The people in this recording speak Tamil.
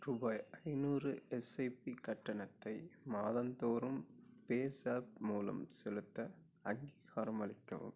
ரூபாய் ஐந்நூறு எஸ்ஐபி கட்டணத்தை மாதந்தோறும் பேஸாப் மூலம் செலுத்த அங்கீகாரம் அளிக்கவும்